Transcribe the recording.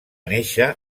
néixer